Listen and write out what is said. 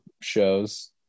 shows